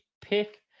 pick